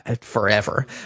forever